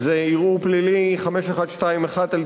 ערעור פלילי 5121/98: